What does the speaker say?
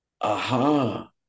aha